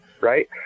right